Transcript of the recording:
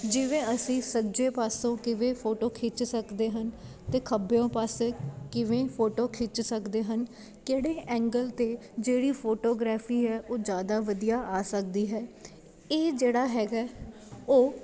ਜਿਵੇਂ ਅਸੀਂ ਸੱਜੇ ਪਾਸੋਂ ਕਿਵੇਂ ਫੋਟੋ ਖਿੱਚ ਸਕਦੇ ਹਨ ਅਤੇ ਖੱਬਿਓ ਪਾਸੇ ਕਿਵੇਂ ਫੋਟੋ ਖਿੱਚ ਸਕਦੇ ਹਨ ਕਿਹੜੇ ਐਂਗਲ 'ਤੇ ਜਿਹੜੀ ਫੋਟੋਗ੍ਰਾਫੀ ਹੈ ਉਹ ਜ਼ਿਆਦਾ ਵਧੀਆ ਆ ਸਕਦੀ ਹੈ ਇਹ ਜਿਹੜਾ ਹੈਗਾ ਉਹ